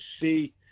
see